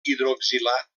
hidroxilat